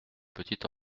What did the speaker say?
petit